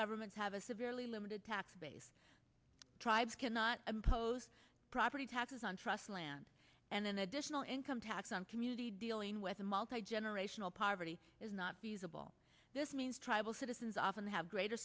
governments have a severely limited tax base tribes cannot impose property taxes on trust land and an additional income tax on community dealing with a multigenerational poverty is not feasible this means tribal citizens often have greater